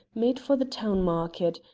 made for the town market,